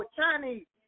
Chinese